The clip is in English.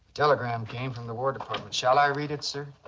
telegram came from the war department. shall i read it, sir?